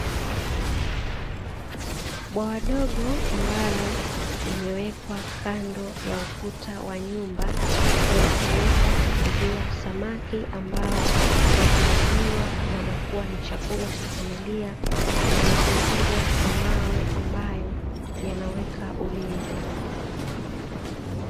Bwawa dogo ambalo limewekwa kando ya ukuta wa nyumba linatumika kufugia samaki ambao wakivuliwa wanakuwa ni chakula cha familia, limezingirwa kwa mawe ambayo yanaweka ulinzi.